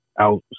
out